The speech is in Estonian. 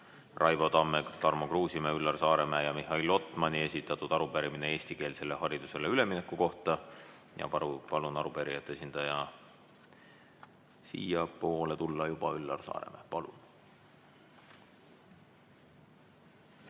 Raivo Tamme, Tarmo Kruusimäe, Üllar Saaremäe ja Mihhail Lotmani esitatud arupärimine eestikeelsele haridusele ülemineku kohta. Palun arupärijate esindajal juba siiapoole tulla. Üllar Saaremäe, palun!